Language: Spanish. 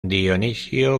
dionisio